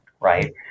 right